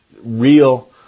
real